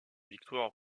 victoires